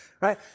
right